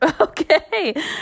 okay